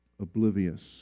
Oblivious